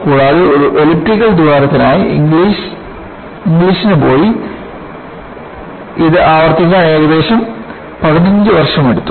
കൂടാതെ ഒരു എലിപ്റ്റിക്കൽ ദ്വാരത്തിനായി ഇംഗ്ലിസിന് പോയി ഇത് ആവർത്തിക്കാൻ ഏകദേശം പതിനഞ്ച് വർഷമെടുത്തു